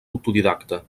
autodidacta